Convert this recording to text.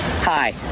Hi